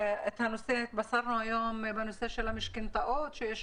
התבשרנו היום בנושא של המשכנתאות שיש